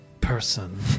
person